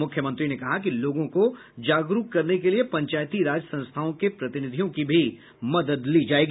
मुख्यमंत्री ने कहा कि लोगों को जागरूक करने के लिये पंचायती राज संस्थाओं के प्रतिनिधियों की भी मदद ली जायेगी